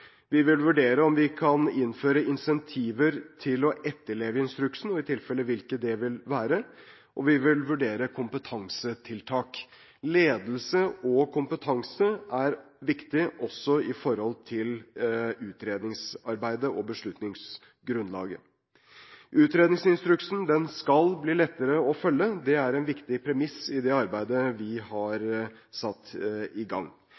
Vi vil vurdere om vi kan innføre incentiver til å etterleve instruksen, og i tilfelle hvilke det bør være, og vi vil vurdere kompetansetiltak. Ledelse og kompetanse er viktig, også når det gjelder utredningsarbeidet og beslutningsgrunnlaget. Utredningsinstruksen skal bli lettere å følge. Det er en viktig premiss i det arbeidet vi har satt i gang.